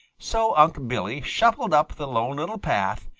so unc' billy shuffled up the lone little path,